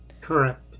Correct